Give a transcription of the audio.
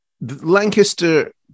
Lancaster